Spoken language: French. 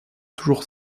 toujours